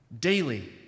daily